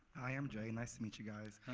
i'm jay. nice to meet you guys.